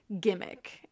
gimmick